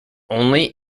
only